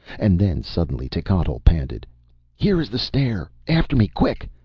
and then suddenly techotl panted here is the stair! after me, quick!